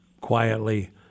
quietly